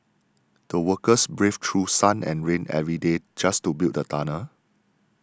the workers braved through sun and rain every day just to build the tunnel